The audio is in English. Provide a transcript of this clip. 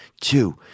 two